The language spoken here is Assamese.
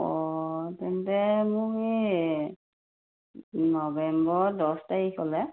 অঁ তেন্তে মোক এই নৱেম্বৰ দহ তাৰিখলে